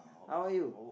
how're you